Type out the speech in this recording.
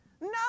No